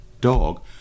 dog